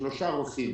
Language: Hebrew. שלושה רופאים